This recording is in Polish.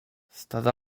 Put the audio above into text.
stada